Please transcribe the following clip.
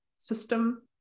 system